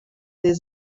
des